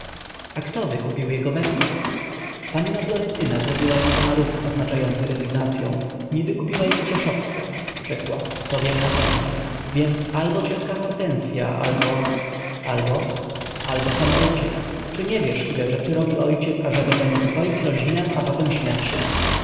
a kto wykupił jego weksle panna florentyna zrobiła rękoma ruch oznaczający rezygnacyą nie wykupiła ich krzeszowska rzekła to wiem napewno więc albo ciotka hortensya albo albo albo sam ojciec czy nie wiesz ile rzeczy robi ojciec ażeby zaniepokoić rodzinę a potem śmiać